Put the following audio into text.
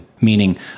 Meaning